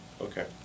Okay